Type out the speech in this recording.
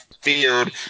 field